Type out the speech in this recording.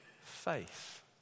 faith